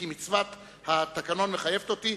כי מצוות התקנון מחייבת אותי.